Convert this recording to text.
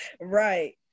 Right